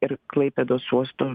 ir klaipėdos uosto